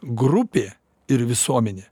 grupė ir visuomenė